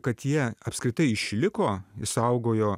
kad jie apskritai išliko išsaugojo